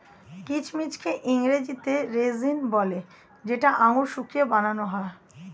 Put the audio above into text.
কিচমিচকে ইংরেজিতে রেজিন বলে যেটা আঙুর শুকিয়ে বানান হয়